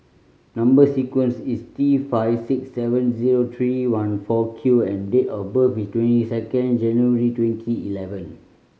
number sequence is T five six seven zero three one four Q and date of birth is twenty second January twenty eleven